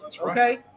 Okay